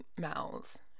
mouths